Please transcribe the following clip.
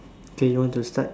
okay you want to start